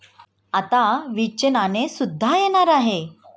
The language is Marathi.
आता वीसचे नाणे सुद्धा येणार आहे